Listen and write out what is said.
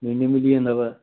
भिंडी बि थी वेंदव